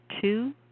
two